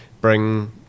bring